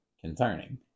concerning